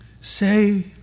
Say